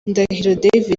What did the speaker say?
ndahiro